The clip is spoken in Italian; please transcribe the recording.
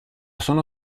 sono